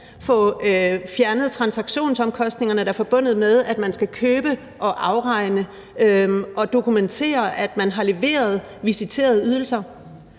få fjernet transaktionsomkostningerne, der er forbundet med, at man skal købe og afregne og dokumentere, at man har leveret visiterede ydelser.